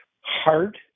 Hard